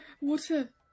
water